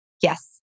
Yes